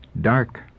Dark